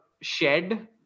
shed